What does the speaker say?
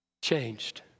changed